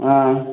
ஆ